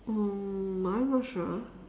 um I'm not sure